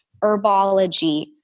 herbology